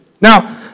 Now